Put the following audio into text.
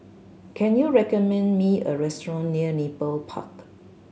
can you recommend me a restaurant near Nepal Park